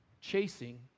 chasing